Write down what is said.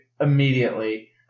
immediately